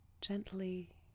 gently